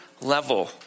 level